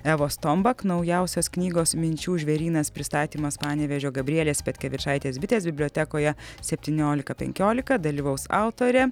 evos tombak naujausios knygos minčių žvėrynas pristatymas panevėžio gabrielės petkevičaitės bitės bibliotekoje septyniolika penkiolika dalyvaus autorė